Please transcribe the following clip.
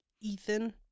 Ethan